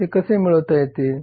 ते कसे मिळवता येतील